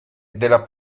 delle